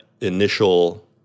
initial